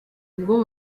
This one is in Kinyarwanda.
ubwo